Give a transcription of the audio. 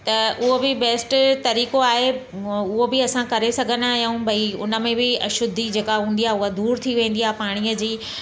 त उहा बि बैस्ट तरीक़ो आहे उहो बि असां करे सघंदा आहियूं भई उनमें बि अशुद्धी जेका हूंदी आहे उहा दूरि थी वेंदी आहे पाणीअ जी